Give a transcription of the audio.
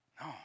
No